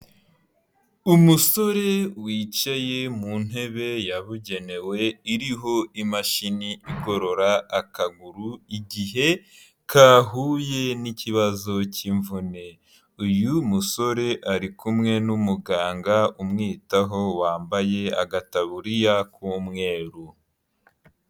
Umusore wicaye mu ntebe yabugenewe iriho imashini igorora akaguru igihe kahuye n'ikibazo cy'imvune. Uyu musore ari kumwe n'umuganga umwitaho wambaye agataburiya k'umweru.